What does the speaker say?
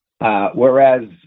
Whereas